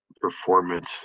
performance